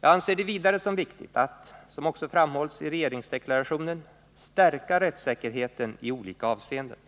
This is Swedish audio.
Jag ser det vidare som viktigt att — som också framhålls i regeringsdeklarationen — stärka rättssäkerheten i olika avseenden.